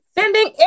Sending